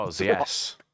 yes